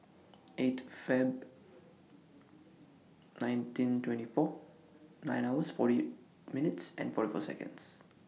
eight Feb nineteen twenty four nine hours forty minutes and forty four Seconds